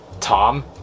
Tom